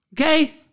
Okay